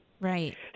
right